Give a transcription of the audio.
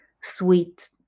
sweet